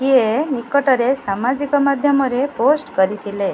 କିଏ ନିକଟରେ ସାମାଜିକ ମାଧ୍ୟମରେ ପୋଷ୍ଟ୍ କରିଥିଲେ